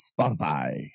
Spotify